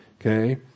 Okay